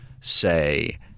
say